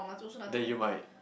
that you might